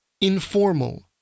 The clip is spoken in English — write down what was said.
informal